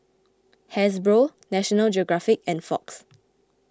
Hasbro National Geographic and Fox